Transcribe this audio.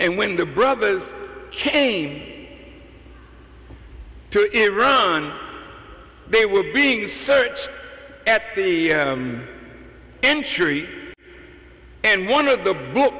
and when the brothers came to iran they were being searched at the end sure and one of the book